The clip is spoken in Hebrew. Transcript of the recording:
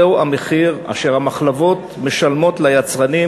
זהו המחיר אשר המחלבות משלמות ליצרנים